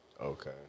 Okay